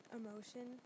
emotion